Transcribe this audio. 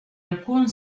alcun